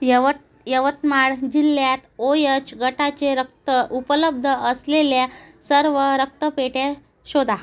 यवत यवतमाळ जिल्ह्यात O H गटाचे रक्त उपलब्ध असलेल्या सर्व रक्तपेढ्या शोधा